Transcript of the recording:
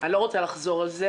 אני לא רוצה לחזור עליהם.